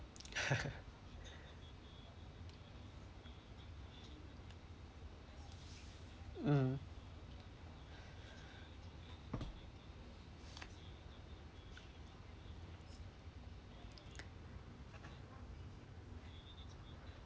mm